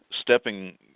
stepping